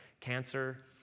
cancer